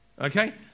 Okay